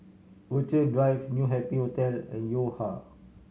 Rochalie Drive New Happy Hotel and Yo Ha